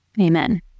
Amen